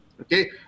Okay